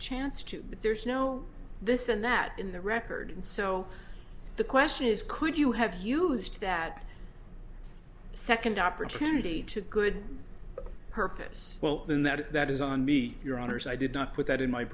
chance to but there's no this and that in the record so the question is could you have used that second opportunity to good purpose well in that that is on your honor's i did not put that in my